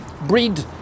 breed